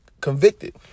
convicted